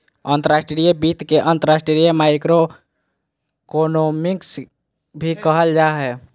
अंतर्राष्ट्रीय वित्त के अंतर्राष्ट्रीय माइक्रोइकोनॉमिक्स भी कहल जा हय